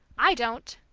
i don't!